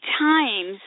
times